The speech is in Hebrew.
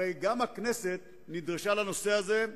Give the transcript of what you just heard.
הרי גם הכנסת נדרשה לנושא הזה,